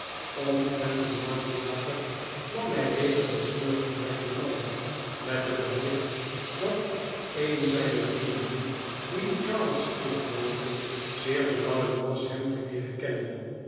omtrent een maand later kwam hij weder des morgens bij grimaldi met het bericht dat een zijner vrienden die in charlotte street woonde zeer verlangend was hem te leeren kennen